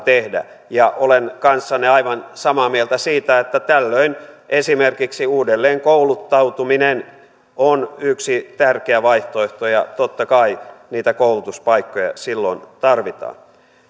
tehdä ja olen kanssanne aivan samaa mieltä siitä että tällöin esimerkiksi uudelleenkouluttautuminen on yksi tärkeä vaihtoehto ja totta kai niitä koulutuspaikkoja silloin tarvitaan